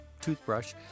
toothbrush